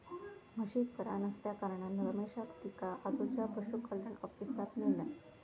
म्हशीक बरा नसल्याकारणान रमेशान तिका बाजूच्या पशुकल्याण ऑफिसात न्हेल्यान